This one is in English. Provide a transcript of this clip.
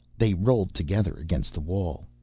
they rolled together against the wall.